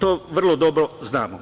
To vrlo dobro znamo.